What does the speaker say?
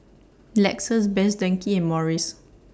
Lexus Best Denki and Morries